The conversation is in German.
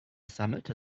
sammelte